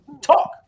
talk